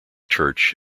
church